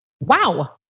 Wow